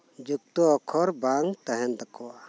ᱡᱩᱠᱛᱚ ᱟᱠᱷᱚᱨ ᱵᱟᱝ ᱛᱟᱦᱮᱱ ᱛᱟᱠᱩᱣᱟ